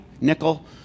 nickel